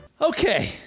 Okay